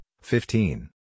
fifteen